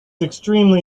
extremely